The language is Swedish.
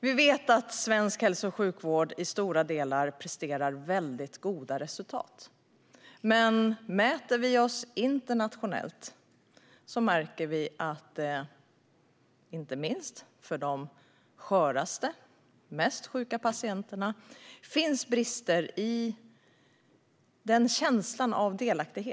Vi vet att svensk hälso och sjukvård i stora delar presterar väldigt goda resultat. Men om vi jämför internationellt märker vi att det inte minst för de sköraste, mest sjuka patienterna finns brister i känslan av delaktighet.